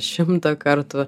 šimtą kartų